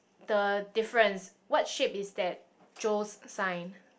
the difference what shape is that Joe's sign